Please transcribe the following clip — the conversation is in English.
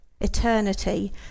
eternity